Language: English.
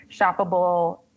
shoppable